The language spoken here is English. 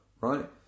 right